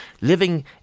living